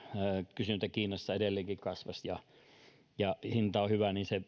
kysyntä kiinassa edelleenkin kasvaisi ja ja hinta olisi hyvä niin se